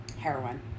heroin